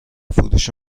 فروش